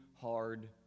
hard